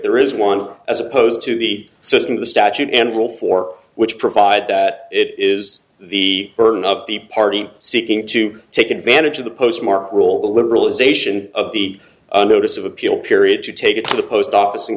there is one as opposed to the system the statute and rule for which provide that it is the burden of the party seeking to take advantage of the postmark rule liberalisation of the notice of appeal period you take it to the post office and